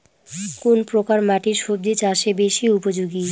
কোন প্রকার মাটি সবজি চাষে বেশি উপযোগী?